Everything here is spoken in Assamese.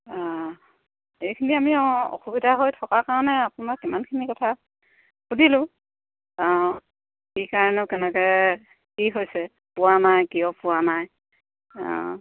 অঁ এইখিনি আমি অঁ অসুবিধা হৈ থকাৰ কাৰণে আপোনাক ইমানখিনি কথা সুধিলোঁ অঁ কি কাৰণে কেনেকৈ কি হৈছে পোৱা নাই কিয় পোৱা নাই অঁ